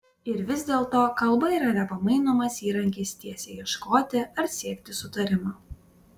ir vis dėlto kalba yra nepamainomas įrankis tiesai ieškoti ar siekti sutarimo